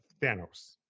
Thanos